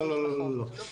לא, לא, לא.